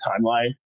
timeline